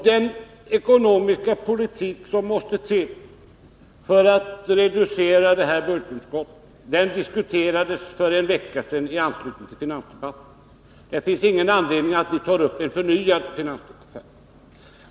Den ekonomiska politik som måste till för att reducera budgetunderskottet diskuterades för en vecka sedan i anslutning till finansdebatten, varför det inte finns någon anledning att ta upp en ny finansdebatt.